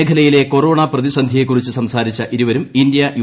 മേഖലയിലെ കൊറോണ പ്രതിസന്ധിയെക്കുറിച്ച് സംസാരിച്ച ഇരുവരും ഇന്ത്യ യു